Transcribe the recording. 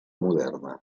moderna